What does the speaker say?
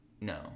No